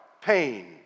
pain